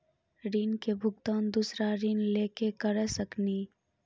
ऋण के भुगतान दूसरा ऋण लेके करऽ सकनी?